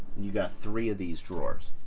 you've got three of these drawers,